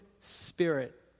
spirit